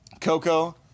Coco